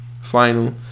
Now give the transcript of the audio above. final